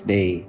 Day